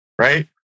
right